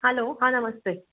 hello हां नमस्ते